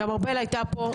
גם ארבל הייתה פה,